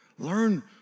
Learn